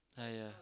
!aiya!